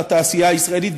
לתעשייה הישראלית,